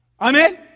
Amen